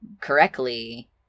correctly